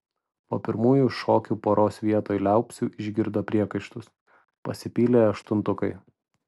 po pirmųjų šokių poros vietoj liaupsių išgirdo priekaištus pasipylė aštuntukai